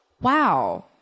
wow